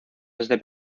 desde